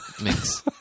mix